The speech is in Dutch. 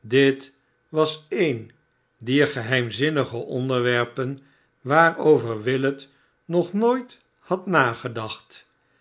dit was een dier geheimzinnige onderwerpen waarover willet nog nooit had nagedacm